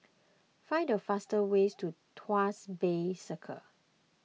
find the fastest way to Tuas Bay Circle